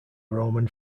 roman